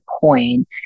point